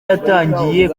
yatangiye